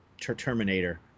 Terminator